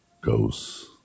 ghosts